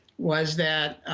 was that